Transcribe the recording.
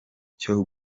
cyo